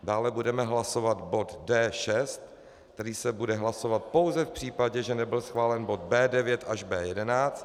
Dále budeme hlasovat bod D6, který se bude hlasovat pouze v případě, že nebyl schválen bod B9 až B11.